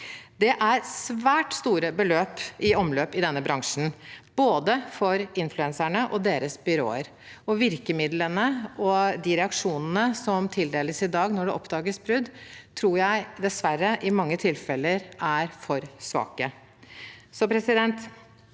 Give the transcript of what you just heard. Det er svært store beløp i omløp i denne bransjen, både for influenserne og for deres byråer. Virkemidlene og reaksjonene som tildeles i dag når det oppdages brudd, tror jeg dessverre i mange tilfeller er for svake.